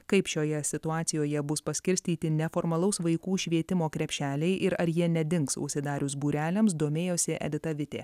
kaip šioje situacijoje bus paskirstyti neformalaus vaikų švietimo krepšeliai ir ar jie nedings užsidarius būreliams domėjosi edita vitė